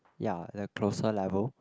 ya there're closer level